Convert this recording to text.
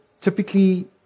typically